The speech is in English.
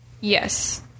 Yes